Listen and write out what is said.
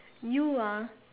you ah